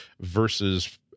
versus